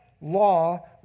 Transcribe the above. law